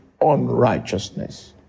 unrighteousness